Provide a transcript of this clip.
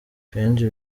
kenshi